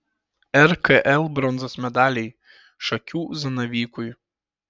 rkl bronzos medaliai šakių zanavykui